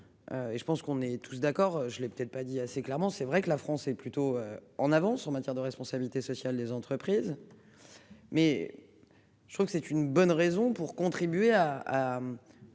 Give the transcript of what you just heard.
Et je pense qu'on est tous d'accord, je l'ai pas dit assez clairement, c'est vrai que la France est plutôt en avance en matière de responsabilité sociale des entreprises. Mais. Je crois que c'est une bonne raison pour contribuer à à.